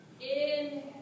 Inhale